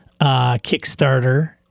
Kickstarter